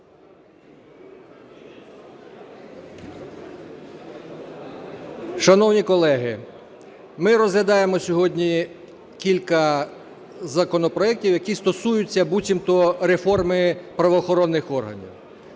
Шановні колеги, ми розглядаємо сьогодні кілька законопроектів, які стосуються буцімто реформи правоохоронних органів.